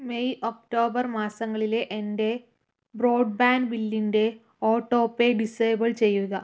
May October മാസങ്ങളിലെ എൻ്റെ broadband ബില്ലിൻ്റെ ഓട്ടോ പേ ഡിസേബിൾ ചെയ്യുക